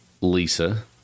Lisa